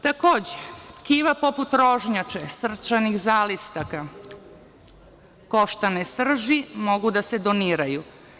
Takođe, tkiva poput rožnjače, srčanih zalisaka, koštane srži mogu da se doniraju.